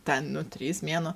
ten nu trys mėnuo